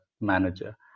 manager